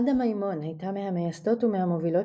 עדה מימון הייתה מהמייסדות ומהמובילות